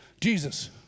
Jesus